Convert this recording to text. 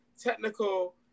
technical